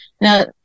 Now